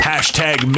Hashtag